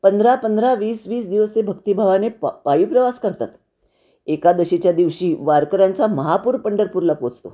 पंधरा पंधरा वीस वीस दिवस ते भक्तिभावाने प पायी प्रवास करतात एकादशीच्या दिवशी वारकऱ्यांचा महापूर पंढरपूरला पोहोचतो